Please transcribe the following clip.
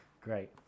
Great